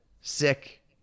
sick